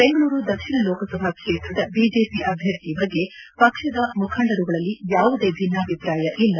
ಬೆಂಗಳೂರು ದಕ್ಷಿಣ ಲೋಕಸಭಾ ಕ್ಷೇತ್ರದ ಐಜೆಪಿ ಅಭ್ಯರ್ಥಿ ಬಗ್ಗೆ ಪಕ್ಷದ ಮುಖಂಡರುಗಳಲ್ಲಿ ಯಾವುದೆ ಭಿನ್ನಾಭಿಪ್ರಾಯ ಇಲ್ಲ